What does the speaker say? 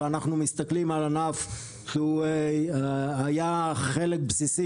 ואנחנו מסתכלים על ענף שהיה חלק בסיסי